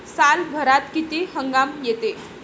सालभरात किती हंगाम येते?